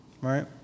right